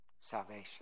salvation